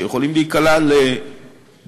שיכולים להיקלע לבעיות,